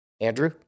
andrew